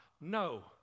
No